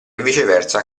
viceversa